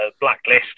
blacklist